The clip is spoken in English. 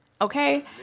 okay